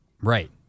right